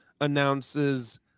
announces